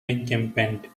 encampment